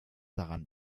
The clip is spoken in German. daran